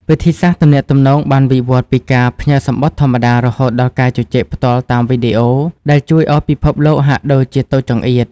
វិធីសាស្ត្រទំនាក់ទំនងបានវិវត្តពីការផ្ញើសំបុត្រធម្មតា រហូតដល់ការជជែកផ្ទាល់តាមវីដេអូ ដែលជួយឱ្យពិភពលោកហាក់ដូចជាតូចចង្អៀត។